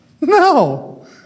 No